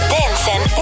Dancing